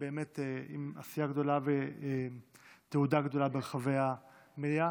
ובאמת עם עשייה גדולה ותהודה גדולה ברחבי המליאה.